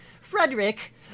Frederick